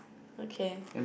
okay